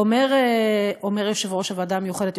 אומר יושב-ראש הוועדה המיוחדת,